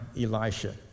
Elisha